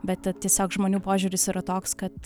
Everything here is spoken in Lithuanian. bet tad tiesiog žmonių požiūris yra toks kad